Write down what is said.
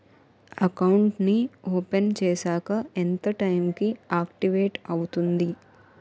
Account నీ open చేశాక ఎంత టైం కి ఆక్టివేట్ అవుతుంది?